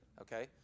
Okay